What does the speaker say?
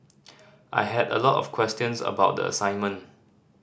I had a lot of questions about the assignment